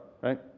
Right